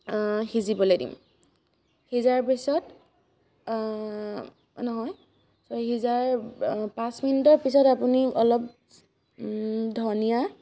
সিজিবলৈ দিম সিজাৰ পিছত নহয় তো সিজাৰ পাঁচ মিনিটৰ পিছত আপুনি অলপ ধনিয়া